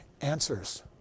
answers